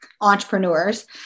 entrepreneurs